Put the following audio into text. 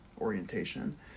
orientation